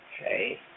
Okay